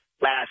last